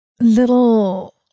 little